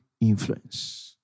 influence